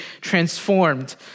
transformed